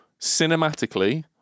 Cinematically